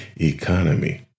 economy